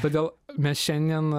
todėl mes šiandien